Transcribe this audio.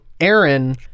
Aaron